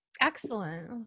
Excellent